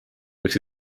võiks